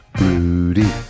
rudy